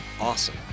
awesome